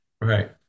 Right